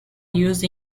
use